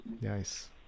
Nice